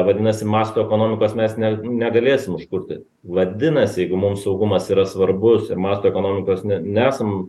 vadinasi masto ekonomikos mes ne negalėsim užkurti vadinasi jeigu mum saugumas yra svarbus masto ekonomikos ne nesam